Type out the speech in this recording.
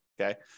okay